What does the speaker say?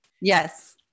Yes